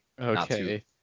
Okay